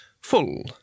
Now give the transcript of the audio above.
full